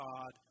God